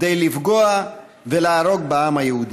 כדי לפגוע ולהרוג בעם היהודי.